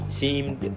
seemed